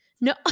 no